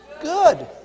good